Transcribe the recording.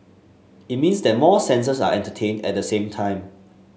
it means that more senses are entertained at the same time